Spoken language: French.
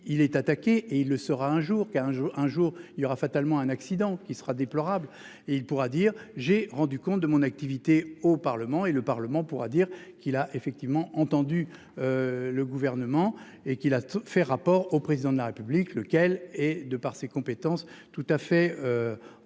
il est attaqué et il le sera un jour qu'un jour, un jour il y aura fatalement un accident qui sera déplorable et il pourra dire j'ai rendu compte de mon activité au Parlement et le Parlement pourra dire qu'il a effectivement entendu. Le gouvernement et qu'il a fait rapport au président de la République lequel et de par ses compétences. Tout à fait.